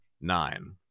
nine